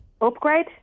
Upgrade